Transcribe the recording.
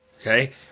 Okay